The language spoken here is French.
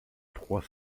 trois